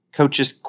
coaches